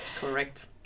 Correct